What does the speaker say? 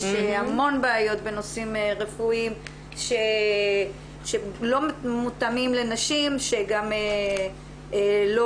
יש המון בעיות בנושאים רפואיים שלא מותאמים לנשים שגם יש